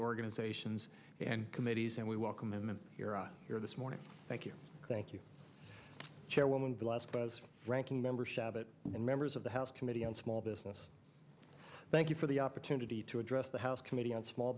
organizations and committees and we welcome him and hear us here this morning thank you thank you chairwoman blast buzz ranking member shabbat and members of the house committee on small business thank you for the opportunity to address the house committee on small